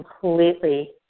completely